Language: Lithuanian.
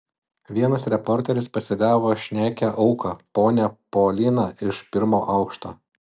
vienas reporteris pasigavo šnekią auką ponią poliną iš pirmo aukšto